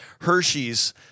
Hershey's